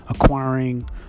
acquiring